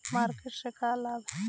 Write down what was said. Market से का लाभ है?